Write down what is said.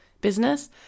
business –